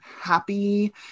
happy